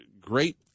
great